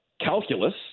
Calculus